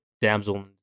damsel